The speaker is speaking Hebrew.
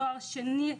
תואר שני,